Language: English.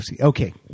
Okay